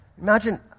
Imagine